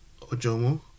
Ojomo